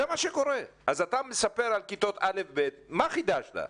אתה מספר על כיתות א'-ב' אבל מה חידשת?